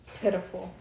Pitiful